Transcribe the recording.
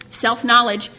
Self-knowledge